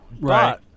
Right